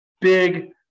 big